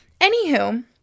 anywho